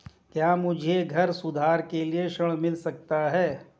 क्या मुझे घर सुधार के लिए ऋण मिल सकता है?